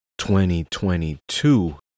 2022